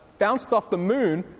bounced off the moon,